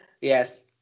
yes